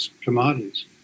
commodities